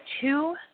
two